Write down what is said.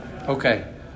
Okay